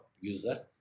user